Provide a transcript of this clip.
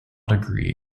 degree